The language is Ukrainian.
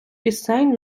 пісень